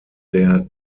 der